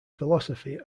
philosophy